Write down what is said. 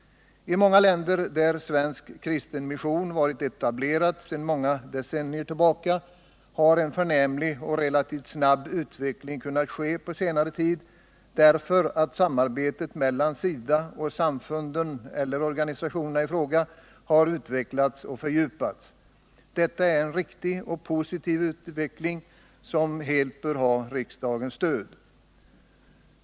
I många länder där svensk kristen mission varit etablerad sedan många decennier tillbaka har en förnämlig och relativt snabb utveckling kunnat ske på senare tid, därför att samarbetet mellan SIDA och samfunden eller organisationerna i fråga har utvecklats och fördjupats. Detta är en riktig och positiv utveckling som helt bör ha riksdagens stöd.